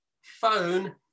phone